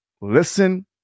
listen